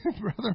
Brother